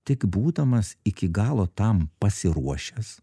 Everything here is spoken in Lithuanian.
tik būdamas iki galo tam pasiruošęs